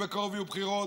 בקרוב יהיו בחירות,